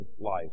life